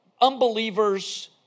unbelievers